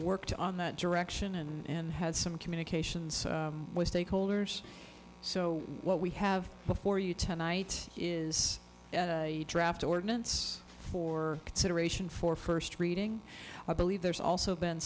worked on that direction and had some communications with stakeholders so what we have for you tonight is draft ordinance for consideration for first reading i believe there's also been